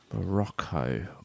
Morocco